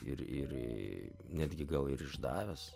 ir ir netgi gal ir išdavęs